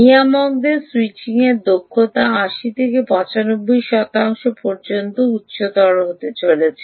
নিয়ামকদের স্যুইচিংয়ের দক্ষতা ৮০ থেকে ৯৫ শতাংশ পর্যন্ত উচ্চতর হতে চলেছে